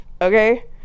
okay